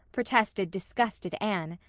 protested disgusted anne.